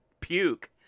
puke